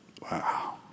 Wow